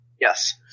Yes